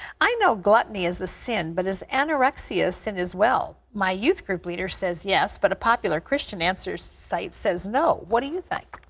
i know gluttony is a sin, but is anorexia a sin as well? my youth group leader says yes, but a popular christian answer site says no. what do you think?